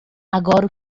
agora